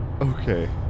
Okay